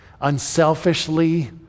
unselfishly